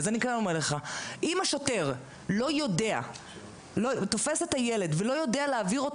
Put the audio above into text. אז אני כן אומרת לך: אם השוטר תופס את הילד ולא יודע להעביר אותו